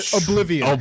oblivion